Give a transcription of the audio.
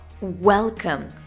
Welcome